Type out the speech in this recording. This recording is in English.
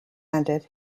ended